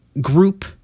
group